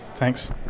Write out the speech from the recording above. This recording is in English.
Thanks